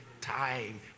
time